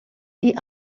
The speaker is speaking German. die